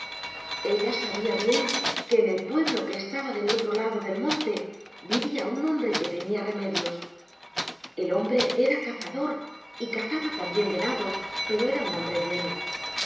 ella sabía bien que en el pueblo que estaba del otro lado del monte vivía un hombre que tenía remedios el hombre era cazador y cazaba también venados pero era un hombre bueno